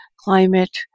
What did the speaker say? climate